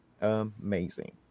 Amazing